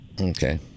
Okay